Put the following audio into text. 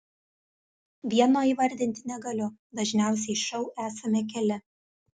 vieno įvardinti negaliu dažniausiai šou esame keli